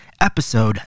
Episode